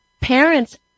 parents